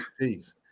Peace